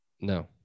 No